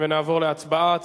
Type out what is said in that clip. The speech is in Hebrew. ונעבור להצבעה.